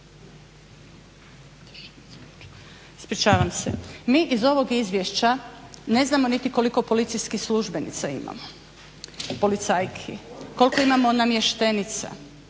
Mi iz ovog izvješća ne znamo niti koliko policijskih službenica imamo, policajki, koliko imamo namještenica,